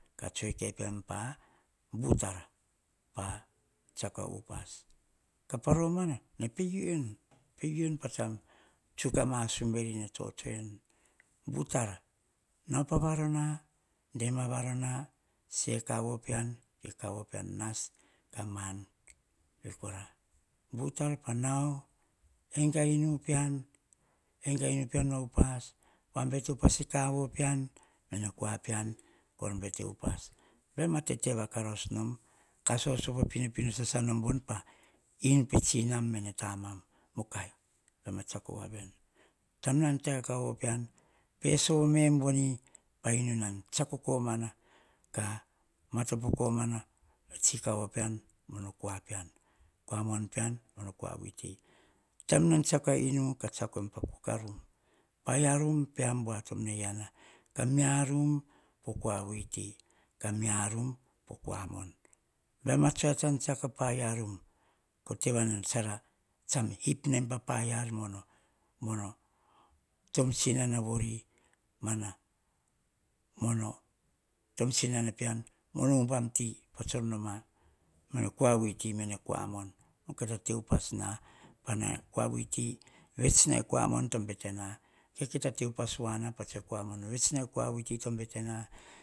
Ka tsoe kai pean pa butara, tsiako a upas. Kapa romana, nene pe u enu tsam tsuk a masum veri nene tsotsoe nu butara. Nao pa varona, dema a varona, se kavu pean ko nas kam an, vei kora butara pa nao, enga inu pean, enga inu pean va upas, vabete upa e kaovo pean, pene kua pean kor bete upas. Baim a tete va karaus nom, ka sosovo nam voni pa inu pe tsinam. Mene tama, mukai, baim a tsiako voa veni. Taim nom, ta e kaovo pean, pe sovo me em voni pa inuuu nan tsiako komana, ka matopo komana tsi e kaovo pean mono kua pean. Kua mon pean mono kua vuiti, taim nan tsiako a inu, tsiako em pa ku ka rom, rom, pean tom naianna, rom, po kua vuiti, rom po kua mon, baim. A tsoe tsan tsiako a paia ro, tevocana veni tsam ip nem pa paia ar momo te tom tsinana vori, mono tom tsinama pean, mono ubam ti, pa tsor noma me o kua vuiti mene kua mon. Kita te upas na, pane kua vuiti vets na, ane kua mon bee na. Ka kita te upas voa na pa tse kua mon vevets e kua vuiti to betena. Ka kita upa petana tsan vets nom e tsinam mene tamom to bete na,